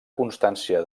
constància